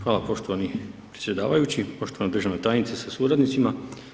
Hvala poštovani predsjedavajući, poštovana državna tajnice sa suradnicima.